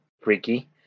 freaky